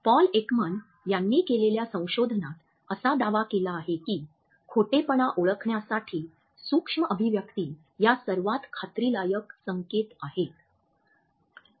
Paul Ekman यांनी केलेल्या संशोधनात असा दावा केला आहे की खोटेपणा ओळखण्यासाठी सूक्ष्म अभिव्यक्ती ह्या सर्वात खात्रीलायक संकेत आहेत